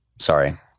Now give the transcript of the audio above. Sorry